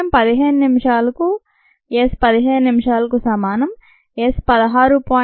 సమయం 15 నిమిషాలకు s 15 నిమిషాలకు సమానం s 16